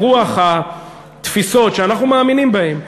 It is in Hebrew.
ברוח התפיסות שאנחנו מאמינים בהן,